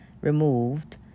removed